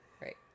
Right